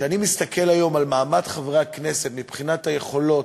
על מעמד חברי הכנסת מבחינת היכולות,